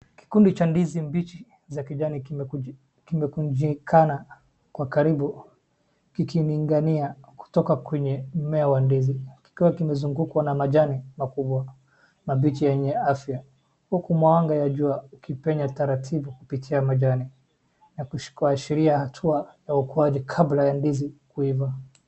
Kikundi cha ndizi mbichi za kijani kimekunjikana kwa karibu kikining'inia kutoka kwenye mmea wa ndizi. Kikiwa kimezungukwa na majani makubwa na mbichi yenye afya huku mwanga ya jua ukipenya taratibu kupitia majani kuashiria hatua ya ukuaji kabla ya ndizi kuiva.